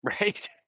Right